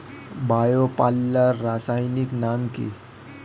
Bio পাল্লার রাসায়নিক নাম কি?